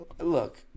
Look